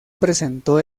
presentó